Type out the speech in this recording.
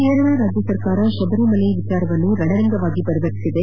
ಕೇರಳ ರಾಜ್ಯ ಸರ್ಕಾರ ಶಬರಿಮಲೆಯನ್ನು ರಣರಂಗವಾಗಿ ಪರಿವರ್ತಿಸಿದೆ